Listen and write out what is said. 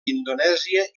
indonèsia